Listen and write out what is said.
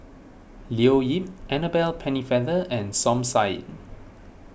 Leo Yip Annabel Pennefather and Som Said